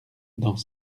dans